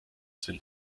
sind